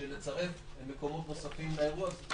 לצרף מקומות נוספים לאירוע הזה.